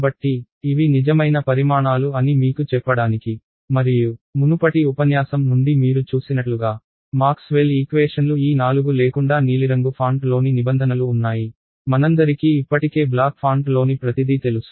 కాబట్టి ఇవి నిజమైన పరిమాణాలు అని మీకు చెప్పడానికి మరియు మునుపటి ఉపన్యాసం నుండి మీరు చూసినట్లుగా మాక్స్వెల్ ఈక్వేషన్లు ఈ నాలుగు లేకుండా నీలిరంగు ఫాంట్ లోని నిబంధనలు ఉన్నాయి మనందరికీ ఇప్పటికే బ్లాక్ ఫాంట్లోని ప్రతిదీ తెలుసు